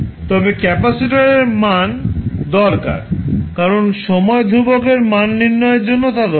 তবে ক্যাপাসিটরের মান দরকার কারণ সময় ধ্রুবকের মান নির্ণয়ের জন্য তা দরকার